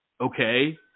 okay